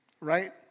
Right